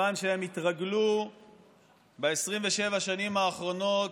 מכיוון שהם התרגלו ב-27 השנים האחרונות,